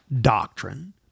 doctrine